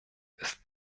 ist